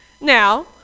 Now